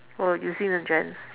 oh using the gents